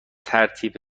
ترتیب